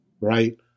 right